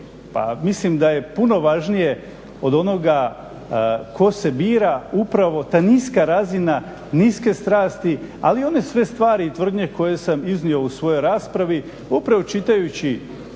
mislim da je puno važnije od onoga tko se bira upravo ta niska razina niske strasti ali i one stvari i tvrdnje koje sam iznio u svojoj raspravi upravo čitajući